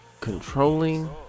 controlling